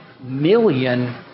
million